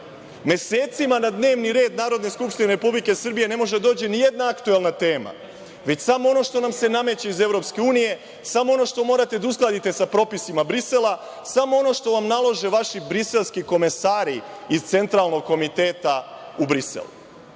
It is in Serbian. Mesecima na dnevni red Narodne skupštine Republike Srbije ne može da dođe nijedna aktuelna tema, već samo ono što nam se nameće iz EU, samo ono što morate da uskladite sa propisima Brisela, samo ono što vam nalože vaši briselski komesari iz Centralnog komiteta u Briselu.